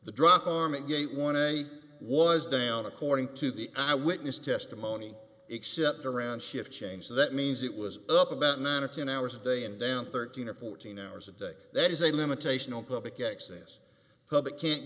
the druckerman gate want to i was down according to the eyewitness testimony except around shift change so that means it was up about nine or ten hours a day and down thirteen or fourteen hours a day that is a limitation on public access public can't